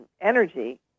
energy